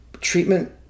treatment